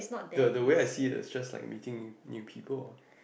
the the way I see it is just like meeting new new people ah